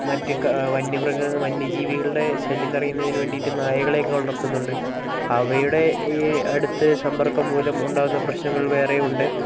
മറ്റു വന്യമൃഗങ്ങൾ വന്യജീവികളുടെ ശല്യം തടയുന്നയിന് വേണ്ടിയിട്ട് നായകളെയൊക്കെ വളർത്തുന്നുണ്ട് അവയുടെ ഈ അടുത്ത് സമ്പർക്കം മൂലം ഉണ്ടാകുന്ന പ്രശ്നങ്ങൾ വേറെയുമുണ്ട്